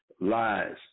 lies